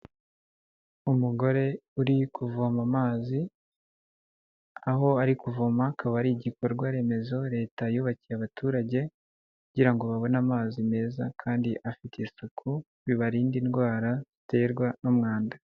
Umugore uri kuvoma amazi aho ari kuvoma akaba ari igikorwa remezo leta yubakiye abaturage kugira ngo babone amazi meza kandi afite isuku bibarinda indwara ziterwa n'umwanda.